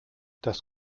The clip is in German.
das